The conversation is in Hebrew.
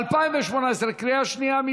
חברי הכנסת, אם כן, אין הסתייגויות לחוק.